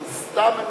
אם סתם הם,